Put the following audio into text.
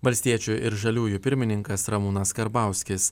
valstiečių ir žaliųjų pirmininkas ramūnas karbauskis